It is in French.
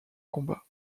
combat